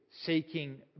seeking